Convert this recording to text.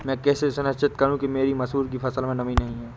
मैं कैसे सुनिश्चित करूँ कि मेरी मसूर की फसल में नमी नहीं है?